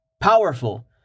Powerful